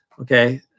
okay